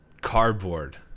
cardboard